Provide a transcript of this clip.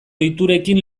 ohiturekin